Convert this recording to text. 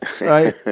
right